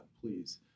please